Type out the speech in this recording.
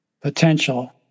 potential